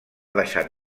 deixat